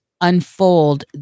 unfold